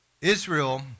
Israel